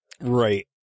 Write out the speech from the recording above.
Right